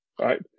Right